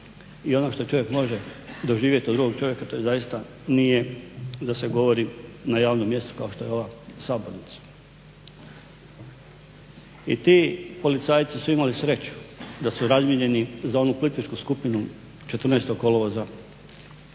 I ono što čovjek može doživjeti od drugog čovjeka, to zaista nije da se govori na javnom mjestu kao što je ova sabornica. I ti policajci su imali sreću, da su razmijenjenu za onu plitvičku skupinu, 14. kolovoza